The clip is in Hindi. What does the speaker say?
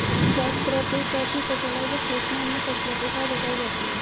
कैच क्रॉप एक ऐसी फसल है जो खेत में अन्य फसलों के साथ उगाई जाती है